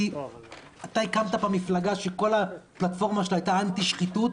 כי הקמת פה מפלגה שכל הפלטפורמה שלה הייתה אנטי שחיתות,